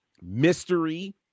mystery